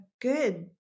good